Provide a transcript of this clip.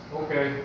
okay